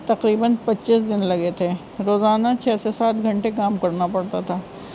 تقریباً پچیس دن لگے تھے روزانہ چھ سے سات گھنٹے کام کرنا پڑتا تھا